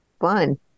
Fun